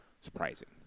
surprising